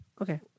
Okay